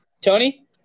Tony